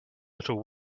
little